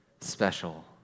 special